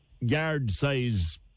Yard-size